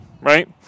right